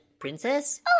Princess